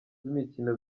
w’imikino